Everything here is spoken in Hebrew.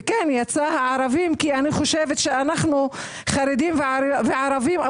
אנחנו חרדים וערבים,